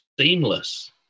seamless